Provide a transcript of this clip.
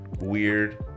weird